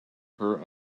her